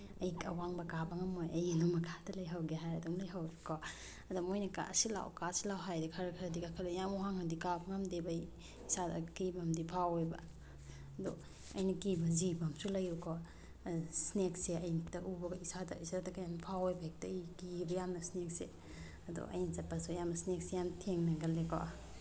ꯑꯩ ꯑꯋꯥꯡꯕ ꯀꯥꯕ ꯉꯝꯃꯣꯏ ꯑꯩ ꯑꯗꯨꯝ ꯃꯈꯥꯗ ꯂꯩꯍꯧꯒꯦ ꯍꯥꯏꯔ ꯑꯗꯨꯝ ꯂꯩꯍꯧꯋꯦꯕꯀꯣ ꯑꯗꯨ ꯃꯣꯏꯅ ꯀꯥꯁꯤ ꯂꯥꯛꯑꯣ ꯀꯥꯁꯤ ꯂꯥꯛꯑꯣ ꯍꯥꯏꯗꯤ ꯈꯔ ꯈꯔꯗꯤ ꯀꯥꯈꯠꯂꯦ ꯌꯥꯝ ꯋꯥꯡꯅꯗꯤ ꯀꯥꯕ ꯉꯝꯗꯦꯕ ꯑꯩ ꯏꯁꯥꯗ ꯑꯀꯤꯕ ꯑꯃꯗꯤ ꯐꯥꯎꯋꯦꯕ ꯑꯗꯨ ꯑꯩꯅ ꯀꯤꯕ ꯖꯤꯕ ꯑꯝꯁꯨ ꯂꯩꯌꯦꯕꯀꯣ ꯏꯁꯅꯦꯛꯁꯦ ꯑꯩ ꯍꯦꯛꯇ ꯎꯕꯒ ꯏꯁꯥꯗ ꯏꯁꯥꯗ ꯀꯩꯅꯣꯝ ꯐꯥꯎꯋꯦꯕ ꯍꯦꯛꯇ ꯑꯩ ꯀꯤꯌꯦꯕ ꯌꯥꯝꯅ ꯏꯁꯅꯦꯛꯁꯤ ꯑꯗꯣ ꯑꯩꯅ ꯆꯠꯄꯗꯁꯨ ꯑꯌꯥꯝꯕ ꯏꯁꯅꯦꯛꯁꯤ ꯌꯥꯝ ꯊꯦꯡꯅꯒꯜꯂꯦꯀꯣ